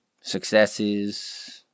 successes